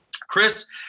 Chris